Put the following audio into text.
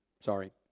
sorry